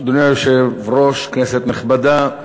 אדוני היושב-ראש, כנסת נכבדה,